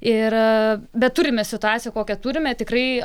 ir bet turime situaciją kokią turime tikrai